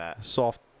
soft